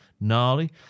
gnarly